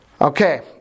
Okay